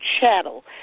chattel